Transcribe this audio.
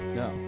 no